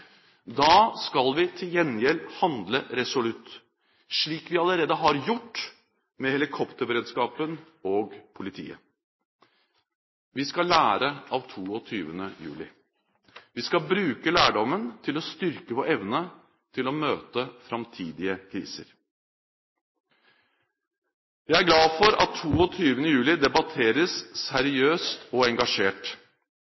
Da skal vi til gjengjeld handle resolutt, slik vi allerede har gjort med helikopterberedskapen og politiet. Vi skal lære av 22. juli. Vi skal bruke lærdommen til å styrke vår evne til å møte framtidige kriser. Jeg er glad for at 22. juli debatteres